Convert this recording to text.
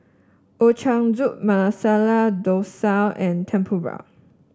Ochazuke Masala Dosa and Tempura